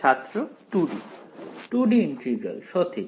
ছাত্র 2D 2D integral সঠিক